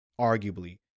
arguably